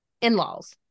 in-laws